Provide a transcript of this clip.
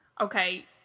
Okay